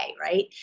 right